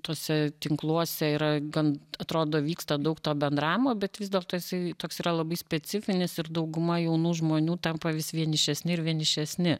tuose tinkluose yra gan atrodo vyksta daug to bendravimo bet vis dėlto jisai toks yra labai specifinis ir dauguma jaunų žmonių tampa vis vienišesni ir vienišesni